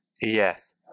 Yes